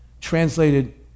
translated